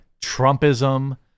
Trumpism